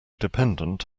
dependent